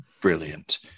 Brilliant